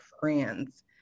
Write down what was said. friends